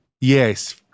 Yes